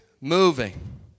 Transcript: moving